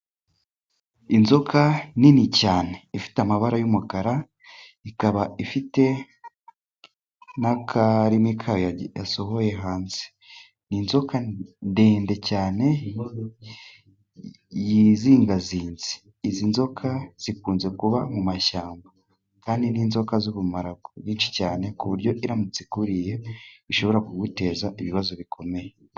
Inzoka nini cyane ifite amabara y'umukara ikaba ifite n'akarimi kayo yasohoye hanze, ni inzoka ndende cyane yizingazinze. izi nzoka zikunze kuba mu mashyamba kandi ni inzoka z'ubumara bwinshi cyane ku buryo iramutse ikuriye ishobora kuguteza ibibazo bikomeye.